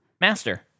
Master